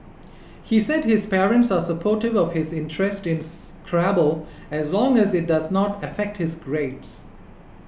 he said his parents are supportive of his interest in Scrabble as long as it does not affect his grades